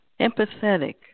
empathetic